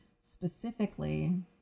specifically